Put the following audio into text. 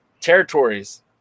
territories